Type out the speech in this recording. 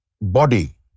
body